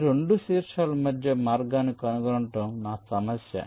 ఈ 2 శీర్షాల మధ్య మార్గాన్ని కనుగొనడం నా సమస్య